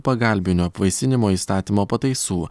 pagalbinio apvaisinimo įstatymo pataisų